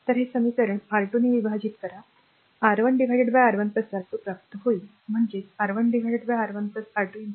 तर हे समीकरण आर २ ने विभाजित करा R1 R1 R2 प्राप्त होईल म्हणजे R1 R1 R2 i